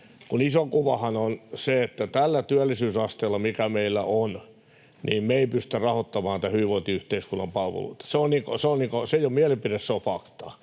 iso kuvahan on se, että tällä työllisyysasteella, mikä meillä on, me ei pystytä rahoittamaan tämän hyvinvointiyhteiskunnan palveluita. Se ei ole mielipide. Se on fakta.